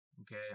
Okay